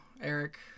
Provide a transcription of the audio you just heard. Eric